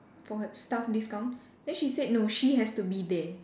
for staff discount then she said no she has to be there